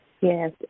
Yes